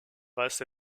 weist